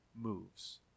moves